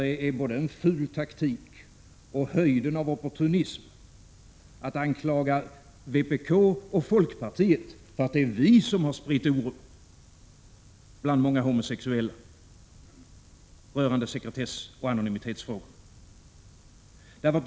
Det är både ful taktik och höjden av opportunism att anklaga vpk och folkpartiet och säga att det är vi som har spritt oro bland homosexuella rörande sekretessoch anonymitetsfrågorna.